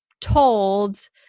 told